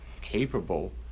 capable